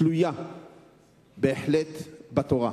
תלויה בהחלט בתורה.